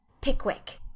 Pickwick